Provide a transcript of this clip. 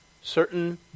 certain